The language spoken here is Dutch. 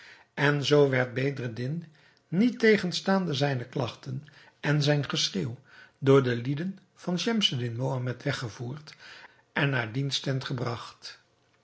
en zoo werd bedreddin niettegenstaande zijne klagten en zijn geschreeuw door de lieden van schemseddin mohammed weggevoerd en naar diens tent gebragt